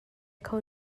kho